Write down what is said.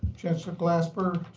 chancellor glasper,